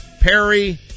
perry